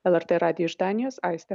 lrt radijui iš danijos aistė